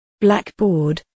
Blackboard